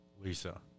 lisa